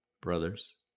brothers